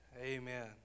amen